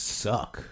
suck